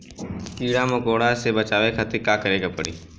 कीड़ा मकोड़ा से बचावे खातिर का करे के पड़ी?